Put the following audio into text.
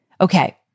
Okay